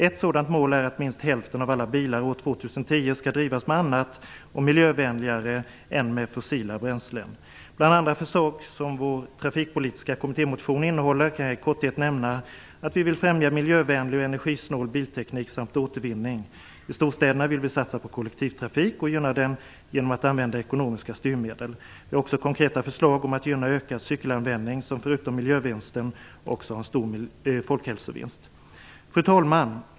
Ett sådant mål är att minst hälften av alla bilar år 2010 skall drivas med annat och miljövänligare bränsle är med fossila bränslen. Bland andra förslag som vår trafikpolitiska kommittémotion innehåller kan jag i korthet nämna att vi vill främja miljövänlig och energisnål bilteknik samt återvinning. I storstäderna vill vi satsa på kollektivtrafik och gynna den genom att använda ekonomiska styrmedel. Vi har också konkreta förslag om att gynna ökad cykelanvändning, som förutom miljövinsten också ger en stor folkhälsovinst. Fru talman!